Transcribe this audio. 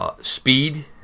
Speed